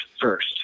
first